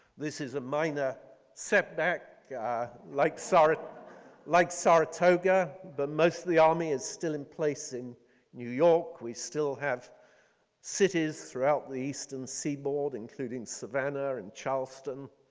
this is a minor setback like like saratoga but most of the army is still in place in new york. we still have cities throughout the eastern seaboard including savannah or in charleston.